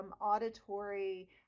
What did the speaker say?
auditory